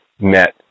met